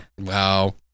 Wow